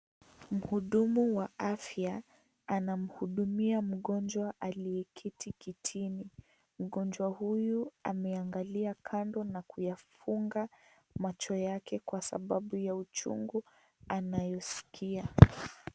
Mhudumu wa afya anamhudumia mgonjwa aliyeketi kitini, mgonjwa huyu ameangalia Kando na kuyafunga macho yake Kwa sababu ya uchungu anayoskia.